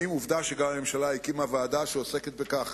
עובדה שגם הממשלה הקימה ועדה, שעוסקת בכך